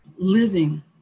living